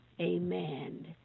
amen